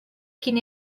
quin